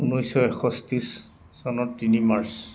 ঊনৈছশ এষষ্ঠি চনৰ তিনি মাৰ্চ